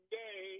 day